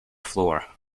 floor